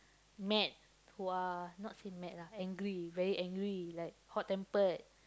mad who are not say mad lah angry very angry like hot-tempered